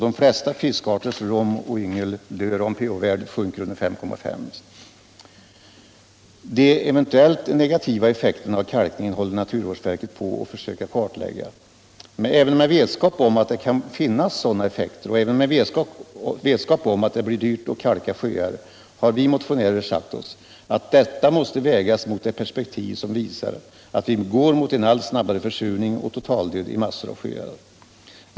De flesta fiskarters rom och yngel dör om pH-värdet sjunker under Se De eventuella negativa effekterna av kalkningen håller naturvårdsverket på att försöka kartlägga. Men vi motionärer har sagt oss att det, även med vetskap om att det kan finnas sådana effekter och med vetskap om att det blir dyrt att kalka sjöar, måste vägas mot det perspektiv som visar att vi går mot en allt snabbare försurning och totaldöd i massor av sjöar.